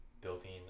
building